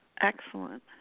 excellent